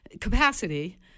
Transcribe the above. capacity